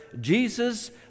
Jesus